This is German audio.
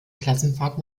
klassenfahrt